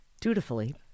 Dutifully